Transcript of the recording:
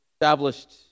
established